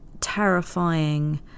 terrifying